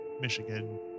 Michigan